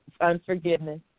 unforgiveness